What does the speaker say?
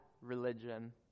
religion